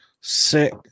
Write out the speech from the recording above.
Sick